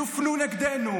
יופנו נגדנו.